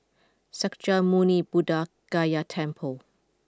Sakya Muni Buddha Gaya Temple